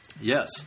yes